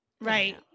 Right